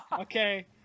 Okay